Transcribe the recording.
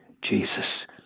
Jesus